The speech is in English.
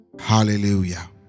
hallelujah